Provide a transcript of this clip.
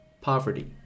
poverty